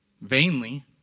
vainly